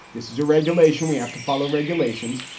this is a regulation. we have to follow regulations.